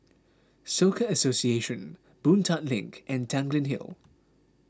Soka Association Boon Tat Link and Tanglin Hill